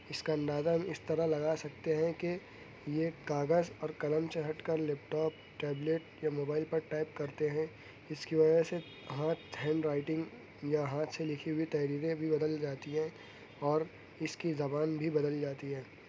اس کا اندازہ اس طرح لگا سکتے ہیں کہ یہ کاغذ اور قلم سے ہٹ کر لیپ ٹاپ ٹیبلیٹ یا موبائل پر ٹائپ کرتے ہیں اس کی وجہ سے ہاتھ ہینڈ رائٹنگ یا ہاتھ سے لکھی ہوئی تحریریں بھی بدل جاتی ہیں اور اس کی زبان بھی بدل جاتی ہے